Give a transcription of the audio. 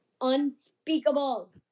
Unspeakable